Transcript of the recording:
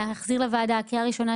להחזיר לוועדה לקריאה ראשונה,